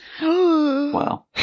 Wow